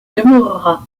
demeurera